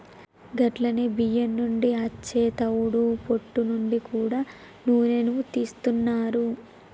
గట్లనే బియ్యం నుండి అచ్చే తవుడు పొట్టు నుంచి గూడా నూనెను తీస్తున్నారు